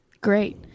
great